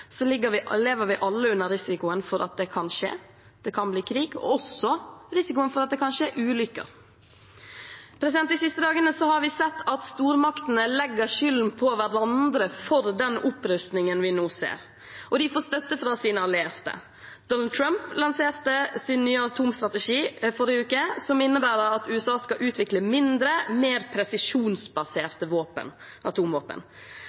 lever vi alle under risikoen for at det kan skje – det kan bli krig – og også under risikoen for at det kan skje ulykker. De siste dagene har vi sett at stormaktene legger skylden på hverandre for opprustningen vi nå ser, og de får støtte fra sine allierte. Donald Trump lanserte sin nye atomstrategi i forrige uke, som innebærer at USA skal utvikle mindre, mer presisjonsbaserte atomvåpen.